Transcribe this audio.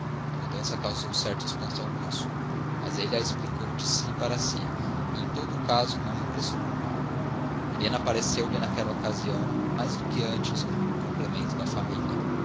a mudança causou certo espanto ao moço mas ele a explicou de si para si e em todo o caso não o impressionou mal helena pareceu-lhe naquela ocasião mais do que antes o complemento da família